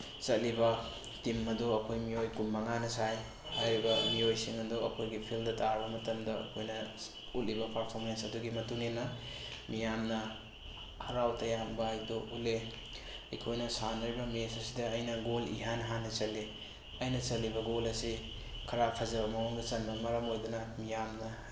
ꯆꯠꯂꯤꯕ ꯇꯤꯝ ꯑꯗꯨ ꯑꯩꯈꯣꯏ ꯃꯤꯑꯣꯏ ꯀꯨꯟꯃꯉꯥꯅ ꯁꯥꯏ ꯍꯥꯏꯔꯤꯕ ꯃꯤꯑꯣꯏꯁꯤꯡ ꯑꯗꯨ ꯑꯩꯈꯣꯏꯒꯤ ꯐꯤꯜꯗ ꯇꯥꯔꯕ ꯃꯇꯝꯗ ꯑꯩꯈꯣꯏꯅ ꯎꯠꯂꯤꯕ ꯄꯔꯐꯣꯔꯃꯦꯟꯁ ꯑꯗꯨꯒꯤ ꯃꯇꯨꯡꯏꯟꯅ ꯃꯤꯌꯥꯝꯅ ꯍꯔꯥꯎ ꯇꯌꯥꯝꯕ ꯍꯥꯏꯗꯨ ꯎꯠꯂꯛꯑꯦ ꯑꯩꯈꯣꯏꯅ ꯁꯥꯟꯅꯔꯤꯕ ꯃꯦꯠꯁ ꯑꯁꯤꯗ ꯑꯩꯅ ꯒꯣꯜ ꯏꯍꯥꯟ ꯍꯥꯟꯅ ꯆꯜꯂꯤ ꯑꯩꯅ ꯆꯜꯂꯤꯕ ꯒꯣꯜ ꯑꯁꯤ ꯈꯔ ꯐꯖꯕ ꯃꯑꯣꯡꯗ ꯆꯟꯕꯅ ꯃꯔꯝ ꯑꯣꯏꯗꯨꯅ ꯃꯤꯌꯥꯝꯅ